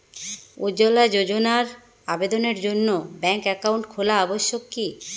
উজ্জ্বলা যোজনার আবেদনের জন্য ব্যাঙ্কে অ্যাকাউন্ট খোলা আবশ্যক কি?